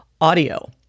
audio